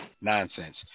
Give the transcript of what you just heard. nonsense